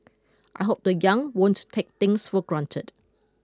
I hope the young won't take things for granted